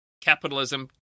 capitalism